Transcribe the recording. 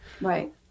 Right